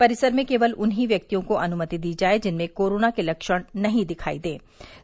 परिसर में केवल उन्हीं व्यक्तियों को अनुमति दी जाएगी जिनमें कोरोना के लक्षण नहीं दिखाई देंगे